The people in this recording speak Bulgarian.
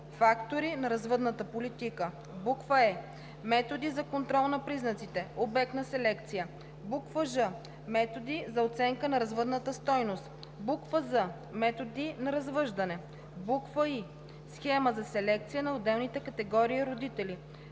фактори на развъдната политика; е) методи за контрол на признаците – обект на селекция; ж) методи за оценка на развъдната стойност; з) методи на развъждане; и) схема за селекция на отделните категории родители;